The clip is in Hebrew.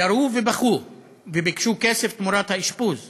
ירו ובכו וביקשו כסף תמורת האשפוז אז.